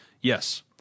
Yes